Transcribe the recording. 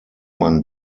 man